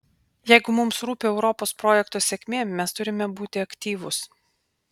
jeigu mums rūpi europos projekto sėkmė mes turime būti aktyvūs